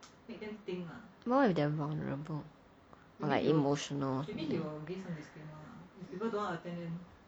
more if they are vulnerable or like emotional